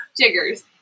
Jiggers